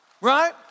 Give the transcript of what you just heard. right